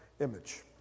image